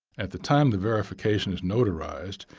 at the time the verification is notarized,